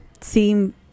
seem